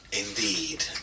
indeed